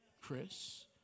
Chris